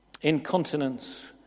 incontinence